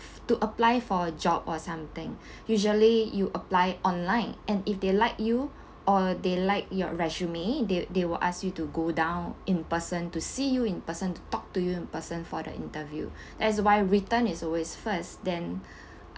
to apply for a job or something usually you apply online and if they like you or they like your resume they they will ask you to go down in person to see you in person to talk to you in person for the interview as why written is always first then